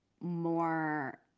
more